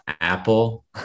Apple